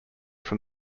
from